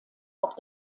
auch